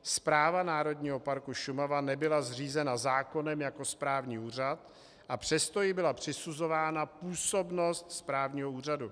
Správa Národního parku Šumava nebyla zřízena zákonem jako správní úřad, a přesto jí byla přisuzována působnost správního úřadu.